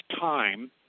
time